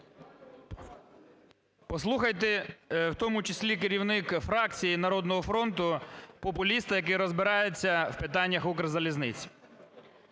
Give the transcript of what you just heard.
Послухайте, в тому числі керівник фракції "Народного фронту", популіста, який розбирається в питаннях "Укрзалізниці".